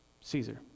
Caesar